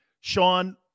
Sean